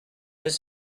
deux